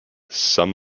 some